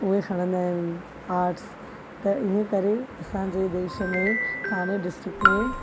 उहे खणंदा आहिनि आर्ट्स त इअं करे असांजे देश में ठाणे डिस्ट्रिक्ट में